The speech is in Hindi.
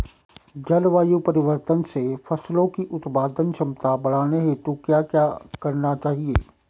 जलवायु परिवर्तन से फसलों की उत्पादन क्षमता बढ़ाने हेतु क्या क्या करना चाहिए?